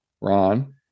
Ron